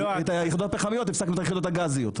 היחידות הפחמיות הפסקנו את היחידות הגזיות.